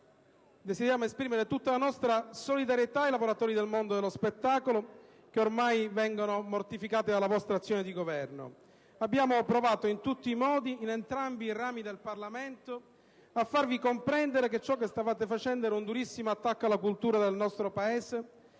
desideriamo esprimere tutta la nostra solidarietà ai lavoratori del mondo dello spettacolo, che ormai da tempo vengono mortificati dalla vostra azione di governo. Abbiamo provato in tutti i modi e in entrambi i rami del Parlamento a farvi comprendere che ciò vi apprestavate a fare rappresentava un durissimo attacco alla cultura del nostro Paese